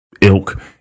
ilk